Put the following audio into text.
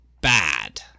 bad